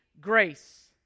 grace